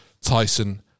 Tyson